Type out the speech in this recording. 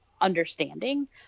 understanding